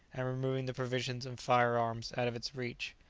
and removing the provisions and fire-arms out of its reach.